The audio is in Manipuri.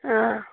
ꯑꯥ